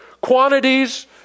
quantities